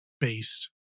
based